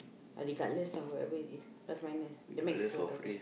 ah regardless lah whatever it is plus minus the max is one thousand